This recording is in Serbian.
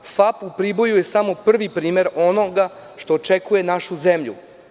U Priboju FAP je samo prvi primer onoga što očekuje našu zemlju.